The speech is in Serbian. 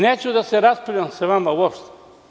Neću da se raspravljam sa vama uopšte.